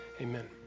Amen